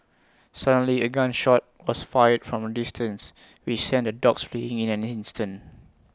suddenly A gun shot was fired from A distance which sent the dogs fleeing in an instant